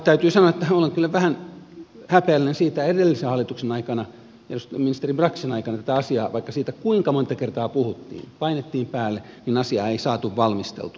täytyy sanoa että on kyllä vähän häpeällistä että vaikka edellisen hallituksen aikana ministeri braxin aikana tästä asiasta vaikka kuinka monta kertaa puhuttiin painettiin päälle niin asiaa ei saatu valmisteltua